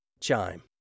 Chime